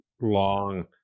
long